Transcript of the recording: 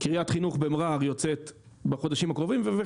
קריית חינוך במע'אר יוצאת בחודשים הקרובים; אבו תלול יבוצע בקרוב,